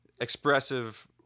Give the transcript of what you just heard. expressive